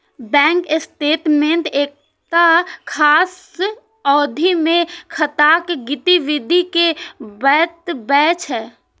bank statement एकटा खास अवधि मे खाताक गतिविधि कें बतबै छै